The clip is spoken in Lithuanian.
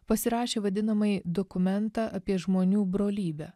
pasirašė vadinamąjį dokumentą apie žmonių brolybę